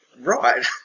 Right